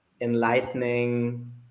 enlightening